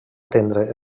atendre